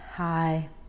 Hi